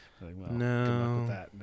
No